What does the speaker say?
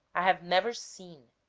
i have never seen